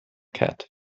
cat